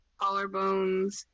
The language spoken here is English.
collarbones